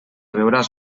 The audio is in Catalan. veuràs